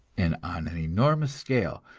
and on an enormous scale,